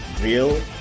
real